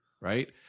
Right